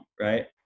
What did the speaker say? right